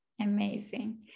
amazing